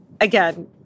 again